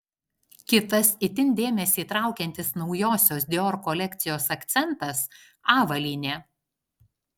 kitas itin dėmesį traukiantis naujosios dior kolekcijos akcentas avalynė